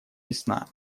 ясна